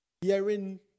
hearing